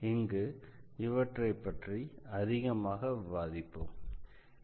இங்கு இவற்றைப் பற்றி அதிகமாக விவாதிப்போம்